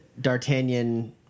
D'Artagnan